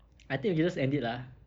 I think we can just end it lah ah